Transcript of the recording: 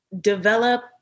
develop